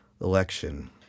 election